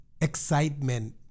excitement